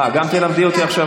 לכן, אה, גם תלמדי אותי פה.